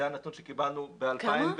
זה נתון שקיבלנו ב-2019.